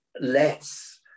less